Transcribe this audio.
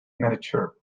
miniature